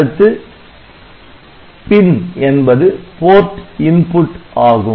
அடுத்து PIN என்பது ஆகும்